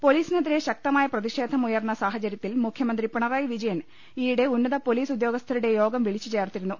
പോലീസിനെതിരെ ശക്തമായ പ്രതിഷേധമുയർന്ന സാച ര്യത്തിൽ മുഖ്യമന്ത്രി പിണറായി വിജയൻ ഈയിടെ ഉന്നതപോലീസ് ഉദ്യോഗസ്ഥരുടെ യോഗം വിളിച്ചു ചേർത്തിരുന്നു